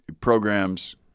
programs